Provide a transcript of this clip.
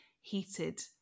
heated